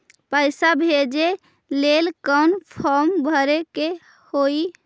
पैसा भेजे लेल कौन फार्म भरे के होई?